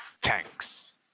tanks